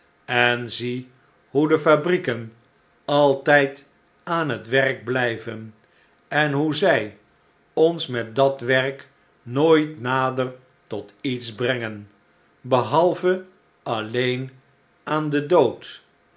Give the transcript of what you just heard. en zie hoe de fabrieken altijd aan het werk blijven en hoe zij ons met dat werk nooit nader tot iets brengen behalve alleen aan den dood